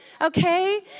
okay